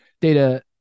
data